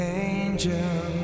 angel